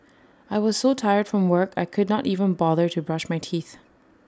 I was so tired from work I could not even bother to brush my teeth